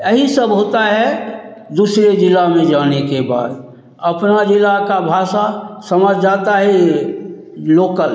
एही सब होता है दूसरे ज़िले में जाने के बाद अपना ज़िला का भाषा समझ जाता ही लोकल है